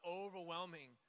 overwhelming